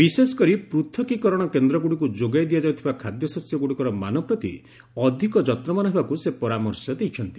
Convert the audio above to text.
ବିଶେଷକରି ପୃଥକୀକରଣ କେନ୍ଦ୍ରଗୁଡ଼ିକୁ ଯୋଗାଇ ଦିଆଯାଉଥିବା ଖାଦ୍ୟଶସ୍ୟଗୁଡ଼ିକର ମାନ ପ୍ରତି ଅଧିକ ଯତ୍ନବାନ ହେବାକୁ ସେ ପରାମର୍ଶ ଦେଇଛନ୍ତି